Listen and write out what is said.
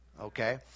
okay